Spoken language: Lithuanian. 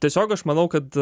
tiesiog aš manau kad